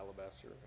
Alabaster